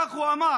כך הוא אמר.